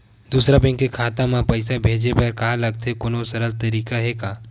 दूसरा बैंक के खाता मा पईसा भेजे बर का लगथे कोनो सरल तरीका हे का?